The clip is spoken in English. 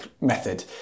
method